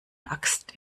axt